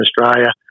australia